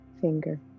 finger